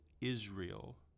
Israel